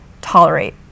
tolerate